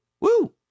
woo